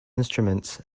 instruments